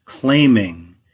claiming